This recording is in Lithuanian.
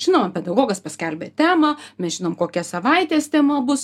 žinoma pedagogas paskelbė temą mes žinom kokia savaitės tema bus